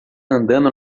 andando